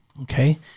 okay